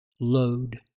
load